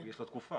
יש לו תקופה.